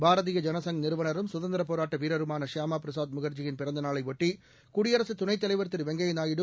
பாரதீய ஜன சுங் நிறுவனரும் சுதந்திரப் போராட்ட வீரருமான ஷியாமா பிரசுத் முக்ஜியின் பிறந்த நாளையொட்டி குடியரசு துணைத்தலைவா் திரு வெங்கையா நாயுடு